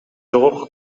жогорку